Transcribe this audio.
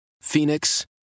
Phoenix